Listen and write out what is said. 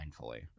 mindfully